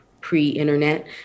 pre-internet